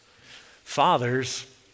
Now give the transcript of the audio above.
Fathers